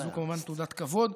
זאת כמובן תעודת כבוד.